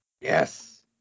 Yes